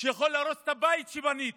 שיכול להרוס את הבית שבניתי,